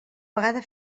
vegada